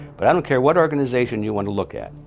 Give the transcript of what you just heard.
but i don't care what organization you want to look at,